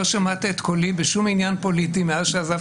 לא שמעת את קולי בשום עניין פוליטי מאז שעזבתי.